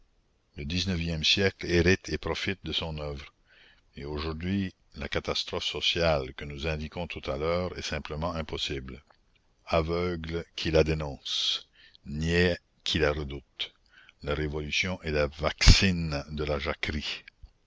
le dix-neuvième siècle hérite et profite de son oeuvre et aujourd'hui la catastrophe sociale que nous indiquions tout à l'heure est simplement impossible aveugle qui la dénonce niais qui la redoute la révolution est la vaccine de la jacquerie